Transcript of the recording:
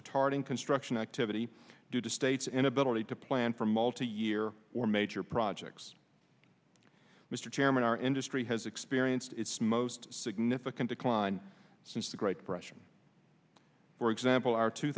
retarding construction activity due to states inability to plan for multi year or major projects mr chairman our industry has experienced its most significant decline since the great depression for example our two